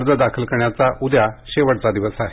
अर्ज दाखल करण्याचा उद्या शेवटचा दिवस आहे